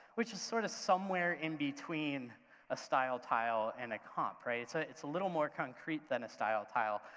which is sort of somewhere in between a style tile and comp, right, it's ah it's a little more concrete than a style tile,